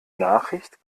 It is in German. nachricht